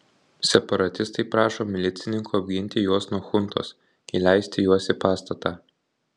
separatistai prašo milicininkų apginti juos nuo chuntos įleisti juos į pastatą